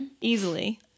Easily